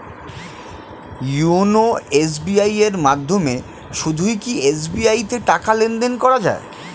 YONO SBI এর মাধ্যমে শুধুই কি এস.বি.আই তে টাকা লেনদেন করা যায়?